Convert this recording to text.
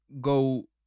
go